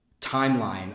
timeline